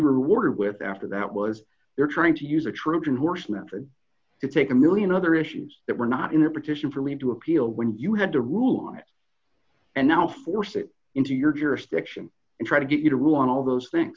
were rewarded with after that was their trying to use a trojan horse method to take a one million other issues that were not in the petition for leave to appeal when you had to rule on it and now force it into your jurisdiction and try to get you to rule on all those things